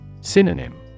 Synonym